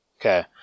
Okay